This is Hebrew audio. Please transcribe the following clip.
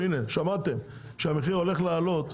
הנה, שמעתם שהמחיר הולך לעלות,